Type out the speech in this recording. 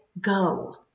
go